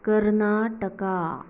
Karnataka